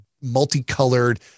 multicolored